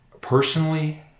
personally